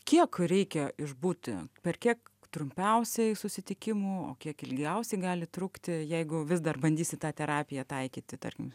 kiek reikia išbūti per kiek trumpiausiai susitikimų o kiek ilgiausiai gali trukti jeigu vis dar bandysi tą terapiją taikyti tarkim